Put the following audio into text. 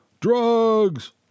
DRUGS